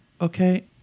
Okay